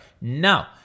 No